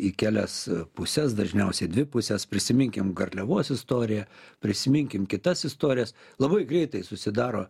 į kelias puses dažniausia į dvi puses prisiminkim garliavos istoriją prisiminkim kitas istorijas labai greitai susidaro